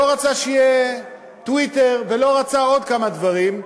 לא רצה שיהיה טוויטר ולא רצה עוד כמה דברים,